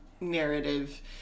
narrative